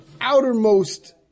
outermost